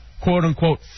quote-unquote